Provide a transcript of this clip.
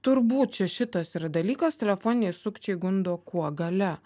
turbūt čia šitas yra dalykas telefoniniai sukčiai gundo kuo galia